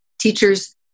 Teachers